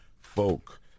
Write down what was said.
folk